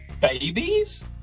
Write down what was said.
Babies